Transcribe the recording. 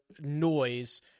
noise